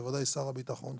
בוודאי שר הביטחון,